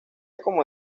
como